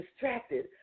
distracted